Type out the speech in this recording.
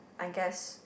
I guess